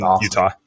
Utah